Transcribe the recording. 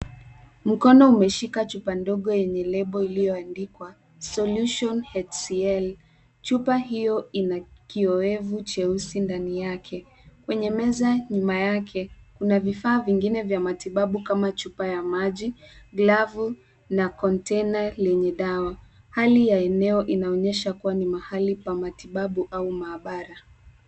Mkono umeshika chupa ndogo yenye lebo iliyoandikwa Solution Hcl . Chupa hiyo ina kiowevu cheusi ndani take. Kwenye meza nyuma yake kuna vifaa vingine vya matibabu kama chupa ya maji, glavu na kontena lenye dawa. Hali ya eneo inaonyesha kuwa ni eneo la matibabu au maabara.